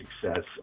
success